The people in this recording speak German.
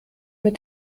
mit